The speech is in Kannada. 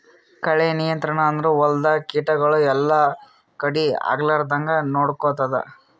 ಕಳೆ ನಿಯಂತ್ರಣ ಅಂದುರ್ ಹೊಲ್ದಾಗ ಕೀಟಗೊಳ್ ಎಲ್ಲಾ ಕಡಿ ಆಗ್ಲಾರ್ದಂಗ್ ನೊಡ್ಕೊತ್ತುದ್